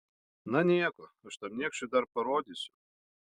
na nieko aš tam niekšui dar parodysiu